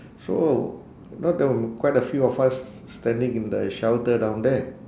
so no there were quite a few of us standing in the shelter down there